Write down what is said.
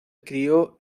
crio